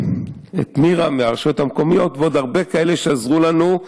מירה מהרשויות המקומיות ועוד הרבה כאלה שעזרו לנו.